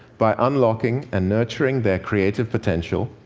by unlocking and nurturing their creative potential,